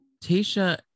Tasha